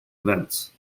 events